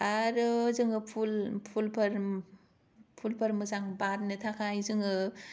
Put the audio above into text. आरो जोङो फुल फुलफोर फुलफोर मोजां बारनो थाखाय जोङो